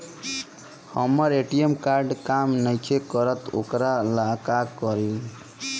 हमर ATM card काम नईखे करत वोकरा ला का करी?